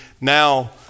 now